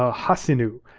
ah hassinu,